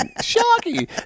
Shocking